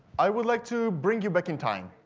i would like to bring you back in time,